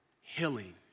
healing